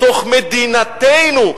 בתוך מדינתנו,